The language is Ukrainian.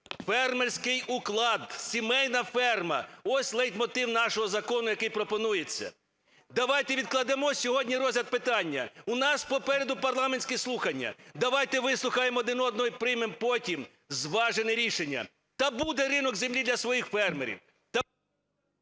фермерський уклад, сімейна ферма – ось лейтмотив нашого закону, який пропонується. Давайте відкладемо сьогодні розгляд питання. У нас попереду парламентські слухання. Давайте вислухаємо один одного і приймемо потім зважене рішення. Та буде ринок землі для своїх фермерів…